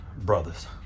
brothers